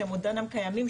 שעדיין הם קיימים,